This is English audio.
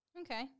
Okay